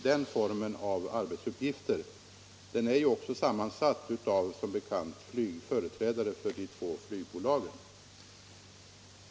Den är som bekant sammansatt av företrädare för de två flygbolagen.